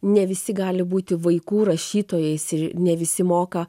ne visi gali būti vaikų rašytojais ir ne visi moka